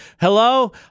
hello